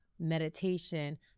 meditation